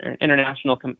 international